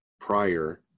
prior